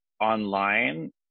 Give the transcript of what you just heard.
online